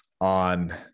On